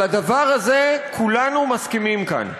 על הדבר הזה כולנו מסכימים כאן.